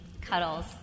cuddles